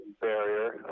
barrier